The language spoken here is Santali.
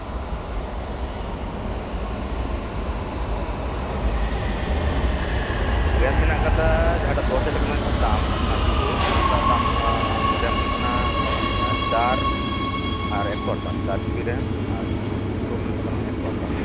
ᱨᱮᱢ ᱢᱮᱱᱟᱜ ᱠᱟᱫᱟ ᱡᱟᱸᱦᱟᱴᱟᱜ ᱫᱚᱥ ᱦᱟᱡᱟᱨ ᱴᱟᱠᱟ ᱫᱟᱢ ᱚᱱᱟᱴᱟᱜ ᱨᱮᱢ ᱦᱩᱭᱩᱜ ᱠᱟᱱᱟ ᱪᱟᱨ ᱟᱨ ᱮᱠᱥᱚ ᱟᱴᱷᱟᱥ ᱪᱟᱨ ᱡᱤᱵᱤ ᱨᱮᱢ ᱟᱨ ᱨᱚᱢ ᱢᱮᱱᱟᱜ ᱠᱟᱫᱟ ᱮᱠᱥᱚ ᱟᱴᱷᱟᱥ